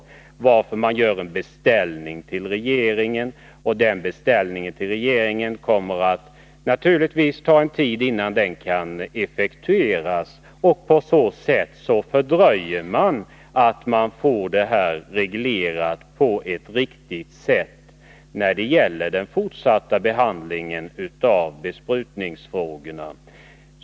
Man vill göra en beställning till regeringen. Det kommer naturligtvis att ta en viss tid innan den beställningen kan effektueras. På det sättet fördröjer man att skogsbesprutningen blir reglerad på ett riktigt sätt när det gäller den fortsatta behandlingen av besprutningsfrågorna.